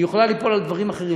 היא יכולה ליפול על דברים אחרים,